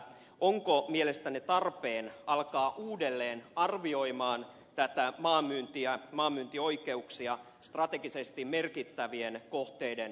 onko mielestänne tarpeen alkaa uudelleen arvioida maanmyyntioikeuksia strategisesti merkittävien kohteiden läheisyydestä